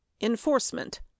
enforcement